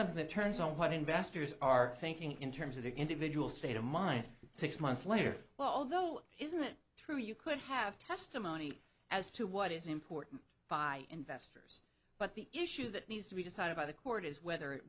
something that turns on what investors are thinking in terms of their individual state of mind six months later well though isn't it true you could have testimony as to what is important by investors but the issue that needs to be decided by the court is whether it